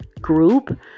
group